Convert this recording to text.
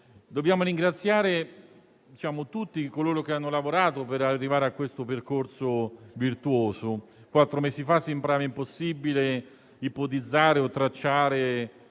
Dobbiamo ringraziare tutti coloro che hanno lavorato per arrivare a questo percorso virtuoso. Quattro mesi fa sembrava impossibile ipotizzare o tracciare